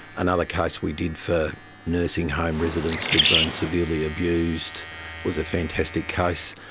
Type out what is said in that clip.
another case we did for nursing home residents who had been severely abused was a fantastic case.